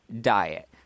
diet